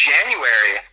January